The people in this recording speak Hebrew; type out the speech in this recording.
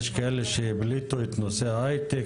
יש כאלה שהבליטו את נושא ההייטק,